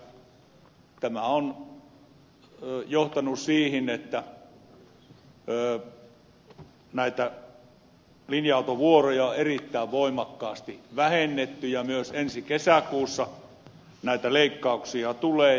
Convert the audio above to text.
tämä on johtanut siihen että näitä linja autovuoroja on erittäin voimakkaasti vähennetty ja myös ensi kesäkuussa näitä leikkauksia tulee